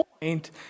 point